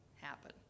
happen